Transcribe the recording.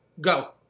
Go